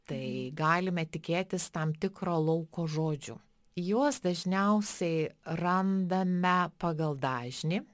tai galime tikėtis tam tikro lauko žodžių juos dažniausiai randame pagal dažnį